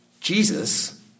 Jesus